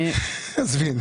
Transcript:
עזבי.